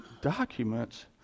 documents